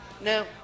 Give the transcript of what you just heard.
No